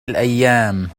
الأيام